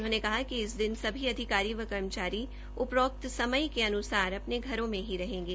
उन्होंने कहा कि इस दिन सभी अधिकारी व कर्मचारीउपरोक्त समय के अन्सार अपने घरों में ही रहेंगे